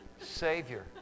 Savior